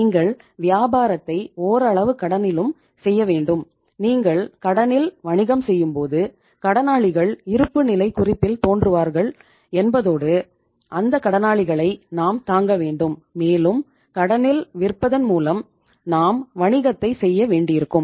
நீங்கள் வியாபாரத்தை ஓரளவு கடனிலும் செய்ய வேண்டும் நீங்கள் கடனில் வணிகம் செய்யும்போது கடனாளிகள் இருப்புநிலைக் குறிப்பில் தோன்றுவார்கள் என்பதோடு அந்தக் கடனாளிகளை நாம் தாங்க வேண்டும் மேலும் கடனில் விற்பதன் மூலம் நாம் வணிகத்தைச் செய்ய வேண்டியிருக்கும்